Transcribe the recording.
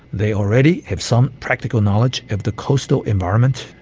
they already have some practical knowledge of the coastal environment,